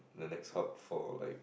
the next hub for like